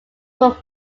would